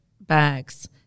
bags